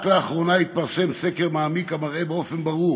רק לאחרונה התפרסם סקר מעמיק המראה באופן ברור